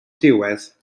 diwedd